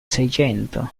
seicento